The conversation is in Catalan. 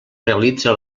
realitza